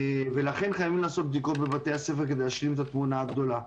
ולכן חייבים לעשות את בדיקות בבתי הספר כדי להשלים את התמונה הגדולה.